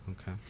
Okay